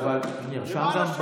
למען השם,